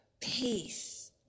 peace